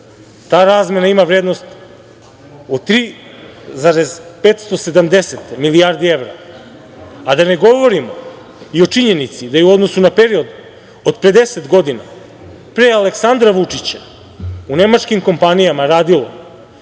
Ta razmena ima vrednost od 3,570 milijarde evra. A da ne govorim o činjenici da je u odnosu na period od pre 10 godina pre Aleksandra Vučića u nemačkim kompanijama radilo